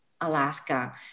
Alaska